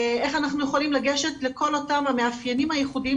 איך אנחנו יכולים לגשת לכל אותם המאפיינים הייחודיים